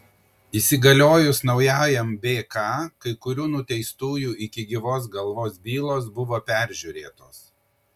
įsigaliojus naujajam bk kai kurių nuteistųjų iki gyvos galvos bylos buvo peržiūrėtos